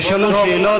נשאלו שאלות,